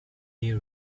you